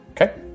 Okay